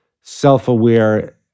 self-aware